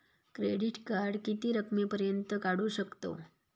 Credit card किती रकमेपर्यंत काढू शकतव?